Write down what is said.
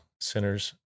sinners